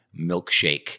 milkshake